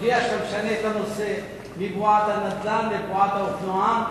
שתודיע שאתה משנה את הנושא מבועת הנדל"ן לבועת האופנוען,